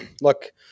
Look